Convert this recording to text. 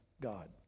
God